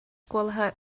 куолаһа